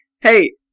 hey